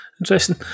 Interesting